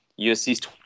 USC's